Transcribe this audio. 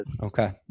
Okay